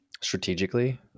strategically